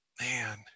Man